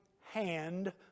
hand